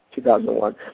2001